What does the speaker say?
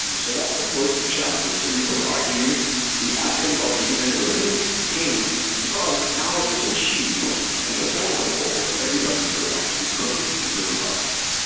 and so that's the first two challenges, and you could argue the advent of the internet of things came because now it is so cheap and affordable for almost everybody to actually connect your devices.